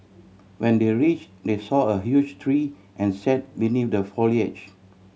when they reach they saw a huge tree and sat beneath the foliage